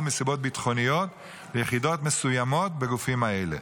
מסיבות ביטחוניות ליחידות מסוימות בגופים האלה,